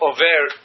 Over